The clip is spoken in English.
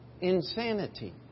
insanity